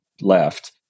left